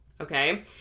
okay